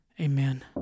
Amen